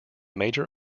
major